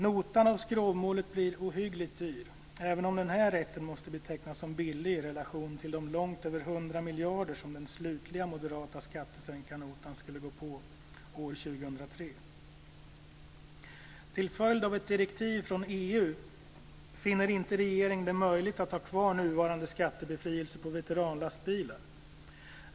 Notan av skrovmålet blir ohyggligt dyr, även om den här rätten måste betecknas som billig i relation till de långt över 100 miljarder som den slutgiltiga moderata skattesänkarnotan skulle gå på år 2003. Till följd av ett direktiv från EU finner inte regeringen det möjligt att ha kvar nuvarande skattebefrielse på veteranlastbilar.